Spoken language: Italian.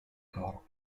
corpo